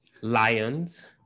lions